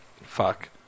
fuck